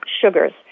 sugars